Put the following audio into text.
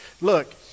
Look